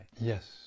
Yes